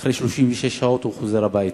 ואחרי 36 שעות הוא חוזר הביתה.